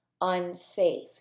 unsafe